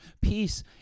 Peace